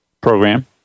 program